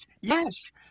Yes